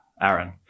Aaron